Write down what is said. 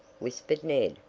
whispered ned.